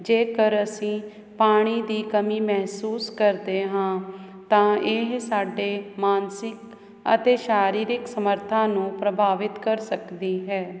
ਜੇਕਰ ਅਸੀਂ ਪਾਣੀ ਦੀ ਕਮੀ ਮਹਿਸੂਸ ਕਰਦੇ ਹਾਂ ਤਾਂ ਇਹ ਸਾਡੇ ਮਾਨਸਿਕ ਅਤੇ ਸ਼ਾਰੀਰਿਕ ਸਮਰੱਥਾਂ ਨੂੰ ਪ੍ਰਭਾਵਿਤ ਕਰ ਸਕਦੀ ਹੈ